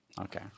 okay